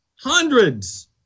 hundreds